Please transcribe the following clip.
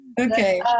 Okay